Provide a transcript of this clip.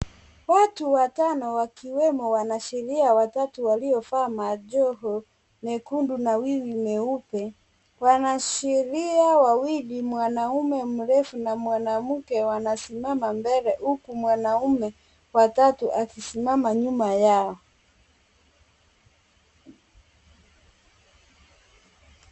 Watu watano wakiwemo wanasheria watatu waliovaa majoho mekundu na wivu mweupe. Wanasheria wawili mwanaume mrefu na mwanamke wanasimama mbele huku mwanaume wa tatu akisimama nyuma yao.